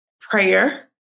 prayer